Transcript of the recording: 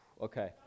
Okay